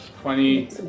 twenty